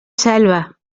selva